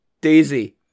Daisy